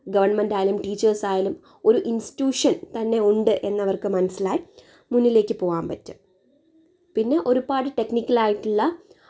government ആയാലും teachers ആയാലും ഒരു ഇൻസ്റ്റിറ്റ്യൂഷൻ തന്നെയുണ്ട് എന്ന് അവർക്ക് മനസ്സിലായി മുന്നിലേക്ക് പോകാൻ പറ്റും പിന്നെ ഒരുപാട് ടെക്നിക്കൽ ആയിട്ടുള്ള